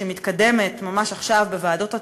שמתקדמת ממש עכשיו בוועדות התכנון.